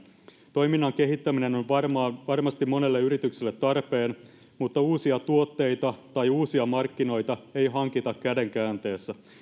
toiminnan kehittäminen on varmasti monelle yritykselle tarpeen mutta uusia tuotteita tai uusia markkinoita ei hankita käden käänteessä